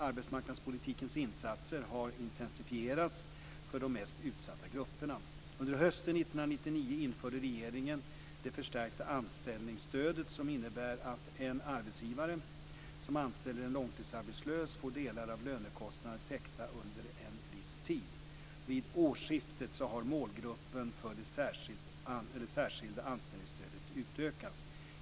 Arbetsmarknadspolitikens insatser har intensifierats för de mest utsatta grupperna. Under hösten 1999 införde regeringen det förstärkta anställningsstödet, som innebär att en arbetsgivare som anställer en långtidsarbetslös får delar av lönekostnaderna täckta under en viss tid. Vid årsskiftet har målgruppen för det särskilda anställningsstödet utökats.